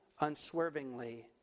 unswervingly